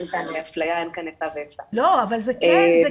אין כאן אפליה, אין כאן איפה ואיפה.